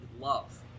love